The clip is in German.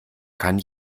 kann